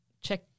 check